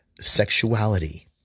sexuality